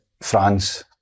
France